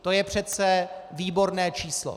To je přece výborné číslo.